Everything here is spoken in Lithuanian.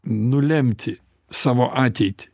nulemti savo ateitį